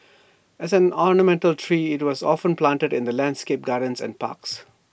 as an ornamental tree IT was often planted in landscaped gardens and parks